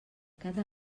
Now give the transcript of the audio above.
cada